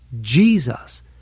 Jesus